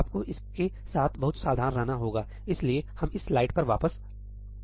आपको इसके साथ बहुत सावधान रहना होगा इसलिए हम इस स्लाइड पर वापस आते हैं